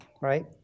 right